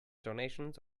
donations